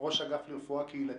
ראש אגף לרפואה קהילתית.